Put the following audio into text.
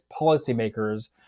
policymakers